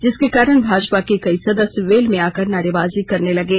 जिसके कारण भाजपा के कई सदस्य वेल में आकर नारेबाजी करने लगे